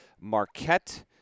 Marquette